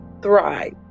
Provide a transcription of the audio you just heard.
Thrive